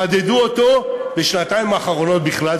מדדו אותו בשנתיים האחרונות בכלל,